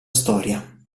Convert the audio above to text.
storia